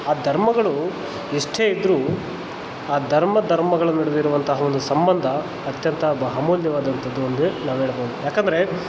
ಆ ಧರ್ಮಗಳು ಎಷ್ಟೇ ಇದ್ದರೂ ಆ ಧರ್ಮ ಧರ್ಮಗಳ ನಡುವೆ ಇರುವಂತಹ ಒಂದು ಸಂಬಂಧ ಅತ್ಯಂತ ಬ ಅಮೂಲ್ಯವಾದಂತದ್ದೊಂದ್ ನಾವು ಹೇಳ್ಬೋದು ಯಾಕಂದರೆ